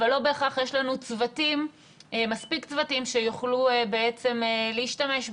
אבל לא בהכרח יש לנו מספיק צוותים שיוכלו להשתמש בהם.